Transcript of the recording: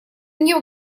мне